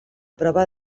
prova